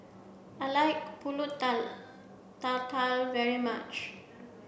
I like Pulut Tatal very much